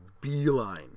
beeline